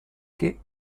che